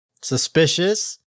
Suspicious